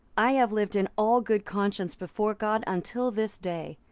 i have lived in all good conscience before god until this day.